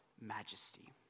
majesty